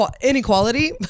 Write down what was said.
inequality